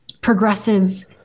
progressives